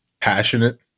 Passionate